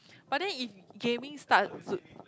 but then if gaming start to